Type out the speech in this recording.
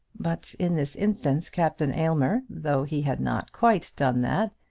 but in this instance captain aylmer, though he had not quite done that,